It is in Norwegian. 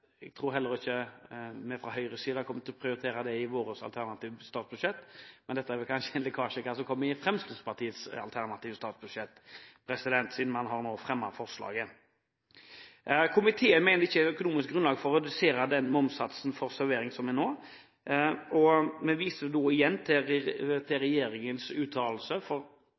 jeg tror heller ikke at vi fra Høyres side kommer til å prioritere det i vårt alternative statsbudsjett, men dette er vel kanskje en lekkasje om hva som kommer i Fremskrittspartiets alternative statsbudsjett, siden man nå har fremmet forslaget. Komiteen mener det ikke er økonomisk grunnlag for å redusere den momssatsen for servering som er nå. Vi viser igjen til regjeringens uttalelse,